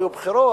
היו בחירות,